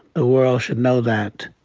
world should know that.